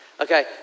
Okay